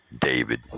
David